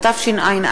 התשע”א